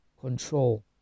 control